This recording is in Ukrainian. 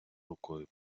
рукою